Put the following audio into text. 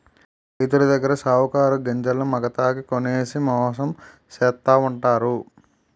రైతులదగ్గర సావుకారులు గింజల్ని మాగతాకి కొనేసి మోసం చేస్తావుంటారు